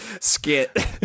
skit